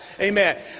amen